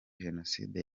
jenoside